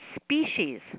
species